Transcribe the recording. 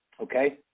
Okay